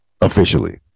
officially